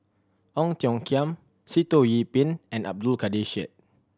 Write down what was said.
Ong Tiong Khiam Sitoh Yih Pin and Abdul Kadir Syed